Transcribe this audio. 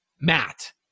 Matt